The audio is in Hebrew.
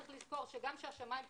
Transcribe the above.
צריך לזכור גם כאשר השמיים פתוחים,